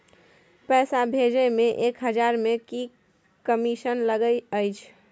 पैसा भैजे मे एक हजार मे की कमिसन लगे अएछ?